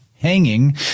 hanging